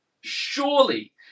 surely